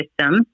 system